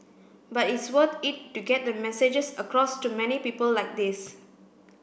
but it's worth it to get the messages across to many people like this